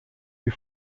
wie